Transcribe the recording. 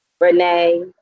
Renee